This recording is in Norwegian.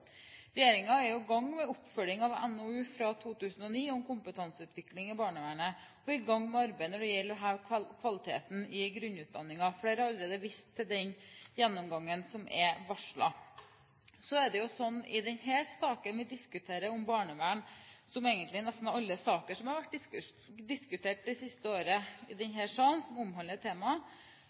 i gang med oppfølging av NOU 2009:8, Kompetanseutvikling i barnevernet, og er i gang med arbeidet når det gjelder å heve kvaliteten i grunnutdanningen. Det er allerede vist til den gjennomgangen som er varslet. Så er det jo slik i denne saken vi diskuterer om barnevern – som i nesten alle saker som har blitt diskutert i denne salen det siste året, og som omhandler temaet – at vi i